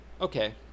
okay